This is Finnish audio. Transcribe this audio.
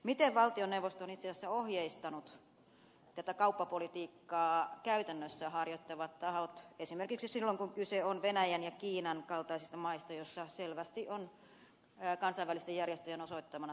miten valtioneuvosto on itse asiassa ohjeistanut kauppapolitiikkaa käytännössä harjoittavat tahot esimerkiksi silloin kun kyse on venäjän ja kiinan kaltaisista maista joissa selvästi on kansainvälisten järjestöjen osoittamana tapahtunut ihmisoikeusloukkauksia